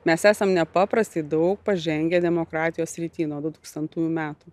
mes esam nepaprastai daug pažengę demokratijos srity nuo dutūkstantųjų metų